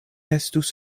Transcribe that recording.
estus